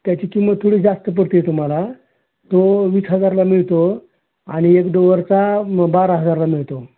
त्याची किंमत थोडी जास्त पडते आहे तुम्हाला तो वीस हजाराला मिळतो आणि एक डोवरचा म् बारा हजाराला मिळतो